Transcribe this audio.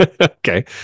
Okay